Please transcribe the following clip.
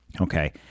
okay